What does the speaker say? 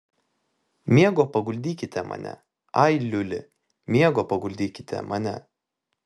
miego paguldykite mane ai liuli miego paguldykite mane